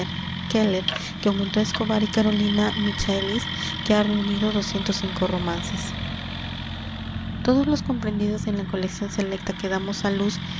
keller que aumentó á escobar y carolina michaelis que ha reunido doscientos romances todos los comprendidos en la colección selecta que damos á luz